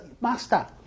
Master